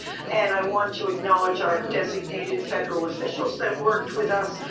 and i want to acknowledge our designated federal officials that worked with us,